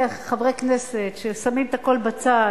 חברי כנסת ששמים הכול בצד,